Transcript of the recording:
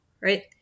right